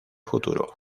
futuro